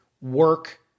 work